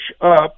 up